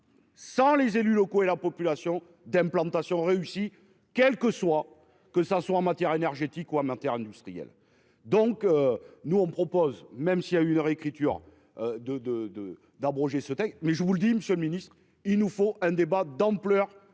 Sans les élus locaux et la population d'implantation réussie, quel que soit, que ça soit en matière énergétique ou amateurs industriel donc. Nous, on propose même s'il a une réécriture de de de d'abroger ce texte mais je vous le dis, Monsieur le Ministre. Il nous faut un débat d'ampleur